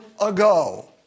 ago